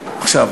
ממש לא נכון.